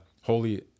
holy